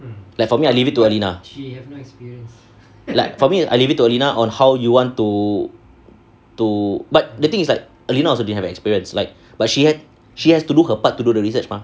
like for me I leave it to alina like for me I leave it to alina on how you want to to but the thing is like alina also didn't have experience like but she had she has to do her part to do the research mah